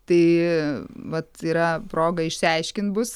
tai vat yra proga išsiaiškint bus